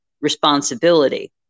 responsibility